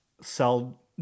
sell –